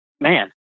man